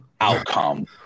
outcome